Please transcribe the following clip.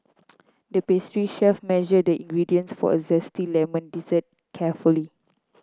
the pastry chef measured the ingredients for a zesty lemon dessert carefully